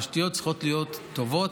תשתיות צריכות להיות טובות,